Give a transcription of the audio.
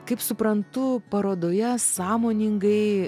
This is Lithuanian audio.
kaip suprantu parodoje sąmoningai